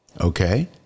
Okay